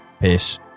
Peace